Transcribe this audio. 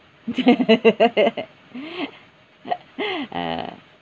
uh